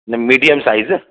medium size